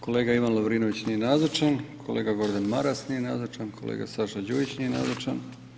Kolega Ivan Lovrinović nije nazočan, kolega Gordan Maras nije nazočan, kolega Saša Đujić nije nazočan.